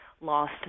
lost